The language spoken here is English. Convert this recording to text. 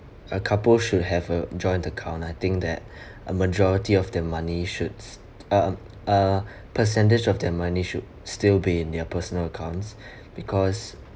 a couple should have a joint account I think that a majority of the money should um uh percentage of their money should still be in their personal accounts